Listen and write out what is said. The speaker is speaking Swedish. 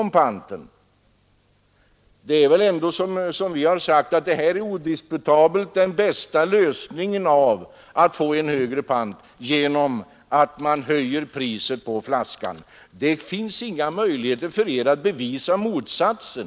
Vårt förslag, att höja försäljningspriset på flaskan för att därigenom kunna lämna en högre pant, är odiskutabelt det bästa förslaget. Det finns inga möjligheter för er att bevisa motsatsen.